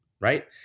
right